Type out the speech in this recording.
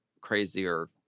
crazier